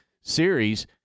series